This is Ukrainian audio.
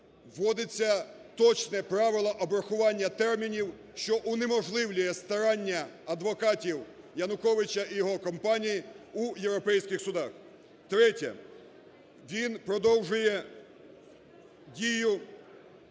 вводиться точне правило обрахування термінів, що унеможливлює старання адвокатів Януковича і його компанії у європейських судах. Третє: він продовжує дію